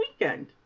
weekend